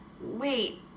Wait